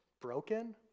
broken